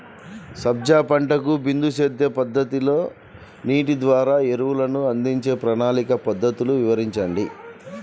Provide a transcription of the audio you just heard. సజ్జ పంటకు బిందు సేద్య పద్ధతిలో నీటి ద్వారా ఎరువులను అందించే ప్రణాళిక పద్ధతులు వివరించండి?